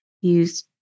use